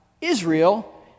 Israel